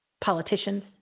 politicians